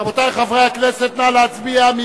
רבותי חברי הכנסת, נא להצביע.